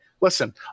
listen